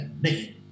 name